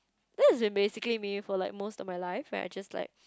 this has been basically me for most of my life when I just like